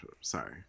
sorry